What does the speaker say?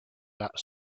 that